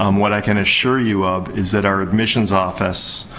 um what i can assure you of is that our admissions office,